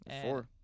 Four